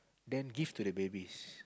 then give to the babies